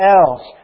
else